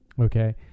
Okay